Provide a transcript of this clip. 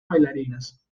bailarinas